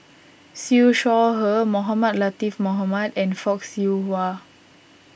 Siew Shaw Her Mohamed Latiff Mohamed and Fock Siew Wah